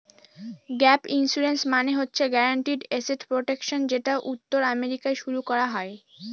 gap insurance মানে হচ্ছে guaranteed asset protection যেটা উত্তর আমেরিকায় শুরু করা হয়